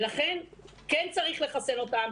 ולכן כן צריך לחסן אותם,